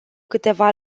câteva